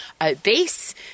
obese